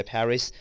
Paris